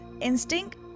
instinct